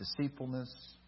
deceitfulness